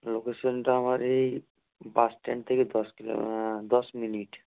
লোকেশানটা আমার এই বাসস্ট্যান্ড থেকে দশ কিলো দশ মিনিট